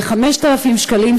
ל-5,000 שקלים,